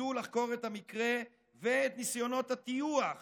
רצו לחקור את המקרה ואת ניסיונות הטיוח